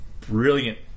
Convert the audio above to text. brilliant